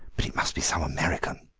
but it must be some american.